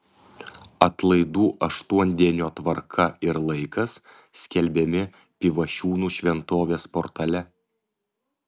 atlaidų aštuondienio tvarka ir laikas skelbiami pivašiūnų šventovės portale